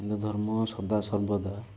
ହିନ୍ଦୁଧର୍ମ ସଦା ସର୍ବଦା